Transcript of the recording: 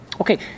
Okay